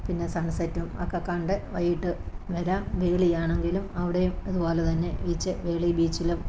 പിന്നെ സൺ സെറ്റും ഒക്കെ കണ്ട് വൈകിട്ട് വരാം വേളിയാണങ്കിലും അവിടെയും ഇതുപോലെ തന്നെ ബീച്ച് വേളി ബീച്ചിലും